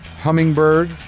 hummingbird